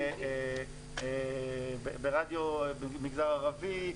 גם ברדיו במגזר הערבי,